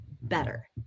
better